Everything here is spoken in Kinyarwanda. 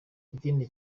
ikindi